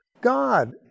God